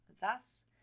Thus